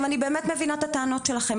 אני באמת מבינה את הטענות שלכם,